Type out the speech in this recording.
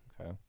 Okay